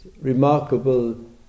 remarkable